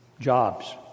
jobs